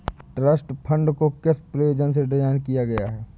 Trust fund को किस प्रयोजन से डिज़ाइन किया गया है?